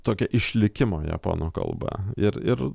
tokia išlikimo japonų kalba ir ir